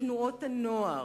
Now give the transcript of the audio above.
בתנועות הנוער,